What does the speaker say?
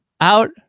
out